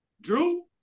Drew